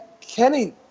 Kenny